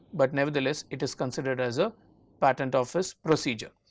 but nevertheless it is considered as a patent office procedure.